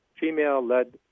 female-led